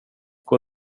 går